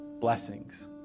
blessings